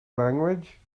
language